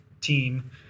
team